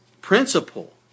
principle